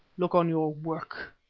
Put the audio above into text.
look on your work!